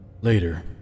Later